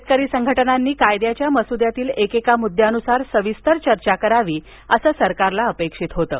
शेतकरी संघटनांनी कायद्याच्या मसुद्यातील एकेका मुद्यानुसार सविस्तर चर्चा करावी असं सरकारला अपेक्षित होतं